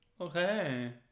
Okay